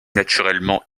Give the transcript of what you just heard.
naturellement